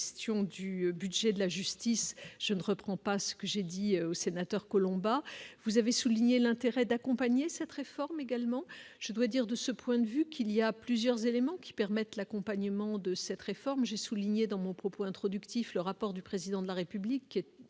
question du budget de la justice, je ne reprends pas ce que j'ai dit aux sénateurs Colomba vous avez souligné l'intérêt d'accompagner cette réforme également, je dois dire, de ce point de vue qu'il y a plusieurs éléments qui permettent l'accompagnement de cette réforme, j'ai souligné dans mon propos introductif, le rapport du président de la République, le